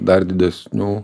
dar didesnių